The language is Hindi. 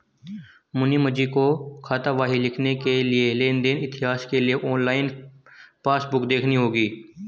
मुनीमजी को खातावाही लिखने के लिए लेन देन इतिहास के लिए ऑनलाइन पासबुक देखनी होगी